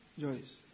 Joyce